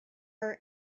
are